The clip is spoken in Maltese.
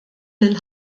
lil